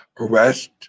Arrest